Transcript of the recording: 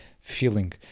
feeling